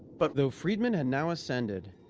but though friedman had now ascended,